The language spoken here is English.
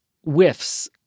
whiffs